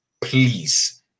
Please